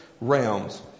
realms